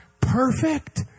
perfect